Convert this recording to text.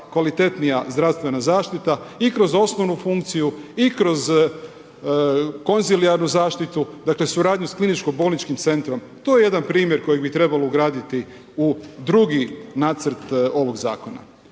kvalitetnija zdravstvena zaštita i kroz osnovnu funkciju i kroz konzilijarnu zaštitu, dakle, suradnju s kliničkim bolničkim centrom. To je jedan primjer koji bi trebao ugraditi u drugi nacrt ovog zakona.